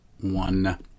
one